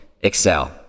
excel